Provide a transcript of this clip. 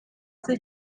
sich